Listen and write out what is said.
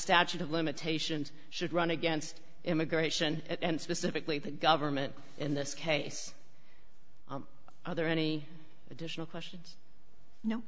statute of limitations should run against immigration and specifically the government in this case are there any additional questions